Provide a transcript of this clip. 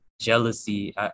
jealousy